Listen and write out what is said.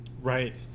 Right